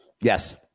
Yes